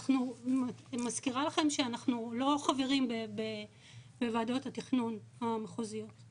אני מזכירה לכם שאנחנו לא חברים בוועדות התכנון המחוזיות.